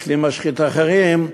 או כלי משחית אחרים,